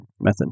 Method